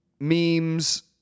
memes